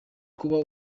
kuba